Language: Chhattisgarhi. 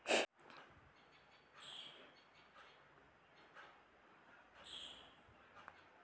स्वास्थ्य बीमा के फॉर्म ल भरे बर का का कागजात ह लगथे?